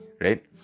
right